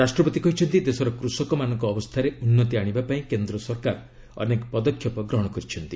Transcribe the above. ରାଷ୍ଟ୍ରପତି କହିଛନ୍ତି ଦେଶର କୃଷକମାନଙ୍କ ଅବସ୍ଥାରେ ଉନ୍ତି ଆଣିବା ପାଇଁ କେନ୍ଦ୍ର ସରକାର ଅନେକ ପଦକ୍ଷେପ ଗ୍ରହଣ କରିଛନ୍ତି